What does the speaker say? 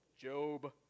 Job